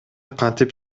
кантип